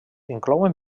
inclouen